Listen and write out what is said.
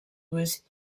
ruse